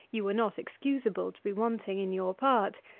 you were not excusable to be wanting in your part,